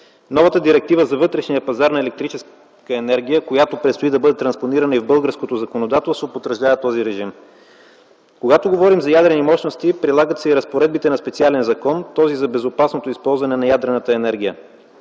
Новата директива за вътрешния пазар на електрическа енергия, която предстои да бъде транспонирана и в българското законодателство, потвърждава този режим. Когато говорим за ядрени мощности, прилагат се и разпоредбите на специален закон – този за безопасното използване на ядрената енергия.